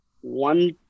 one